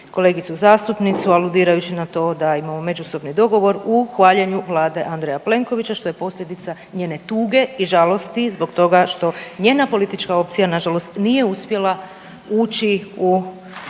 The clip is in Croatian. kolegicu zastupnicu aludirajući na to da imamo međusobni dogovor u hvaljenju Vlade Andreja Plenkovića što je posljedica njene tuge i žalosti zbog toga što njena politička opcija na žalost nije uspjela ući u